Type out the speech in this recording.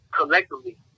collectively